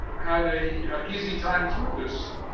had a easy time through this.